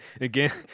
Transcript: Again